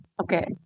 okay